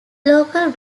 local